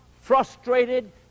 frustrated